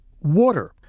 water